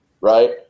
Right